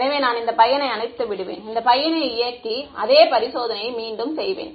எனவே நான் இந்த பையனை அணைத்துவிடுவேன் இந்த பையனை இயக்கி அதே பரிசோதனையை மீண்டும் செய்வேன்